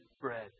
bread